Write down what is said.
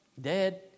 dead